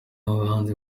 bahanzi